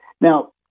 Now